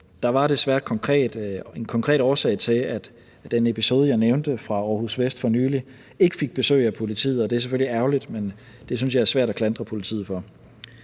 Der var desværre en konkret årsag til, at man i den episode, jeg nævnte, fra Århus Vest for nylig ikke fik besøg af politiet. Det er selvfølgelig ærgerligt, men det synes jeg er svært at klandre politiet for.